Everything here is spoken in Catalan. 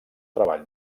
treball